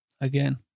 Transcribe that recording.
Again